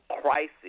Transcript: crisis